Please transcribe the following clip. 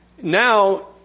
Now